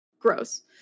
gross